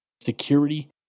security